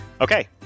Okay